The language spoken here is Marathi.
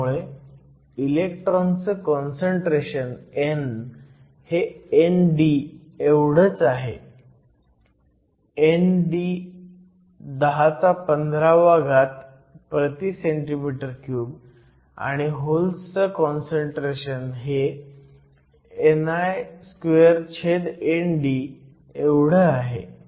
त्यामुळे इलेक्ट्रॉनचं काँसंट्रेशन n हे ND एवढंच आहे ND 1015 cm 3 आणि होल्सचं काँसंट्रेशन हे ni2ND एवढं आहे